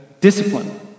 discipline